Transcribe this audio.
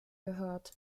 gehört